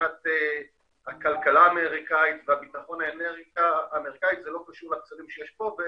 מבחינת הכלכלה האמריקאית זה לא קשור לפצלים שיש פה.